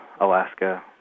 Alaska